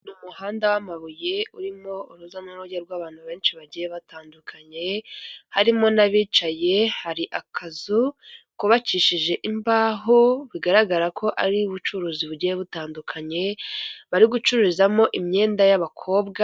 Mu muhanda w'amabuye urimo urujya n'uruza rw'abantu benshi bagiye batandukanye harimo n'abicaye, hari akazu kubacishije imbaho bigaragara ko ari ubucurukuzi, bugiye butandukanye bari gucuruzamo imyenda y'abakobwa.